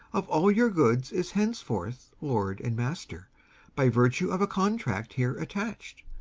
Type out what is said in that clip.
of all your goods is henceforth lord and master by virtue of a contract here attached,